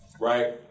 Right